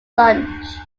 lunch